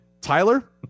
Tyler